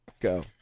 go